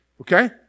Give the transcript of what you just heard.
okay